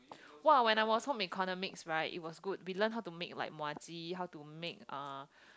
!wah! when I was home economics right it was good we learn how to make like Muah-Chee how to make uh